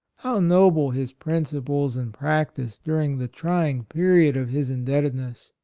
how noble his principles and practice during the trying period of his indebtedness!